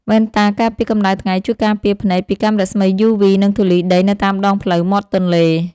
វ៉ែនតាការពារកម្ដៅថ្ងៃជួយការពារភ្នែកពីកាំរស្មីយូវី និងធូលីដីនៅតាមដងផ្លូវមាត់ទន្លេ។